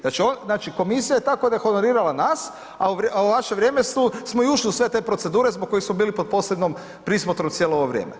Znači komisija je ta koja je dehonorirala nas, a u vaše vrijeme smo i ušli u sve te procedure zbog kojih smo bili pod posebnom prismotrom cijelo ovo vrijeme.